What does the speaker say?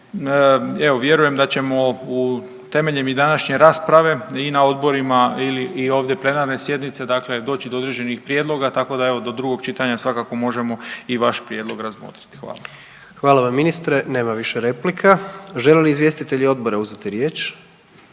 Evo vjerujem da ćemo temeljem i današnje rasprave i na odborima ili i ovdje plenarne sjednice dakle doći do određenih prijedloga, tako da evo do drugog čitanja svakako možemo i vaš prijedlog razmotriti. Hvala. **Jandroković, Gordan (HDZ)** Hvala vam ministre, nema više replika. Žele li izvjestitelji odbora uzeti riječ?